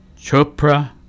Chopra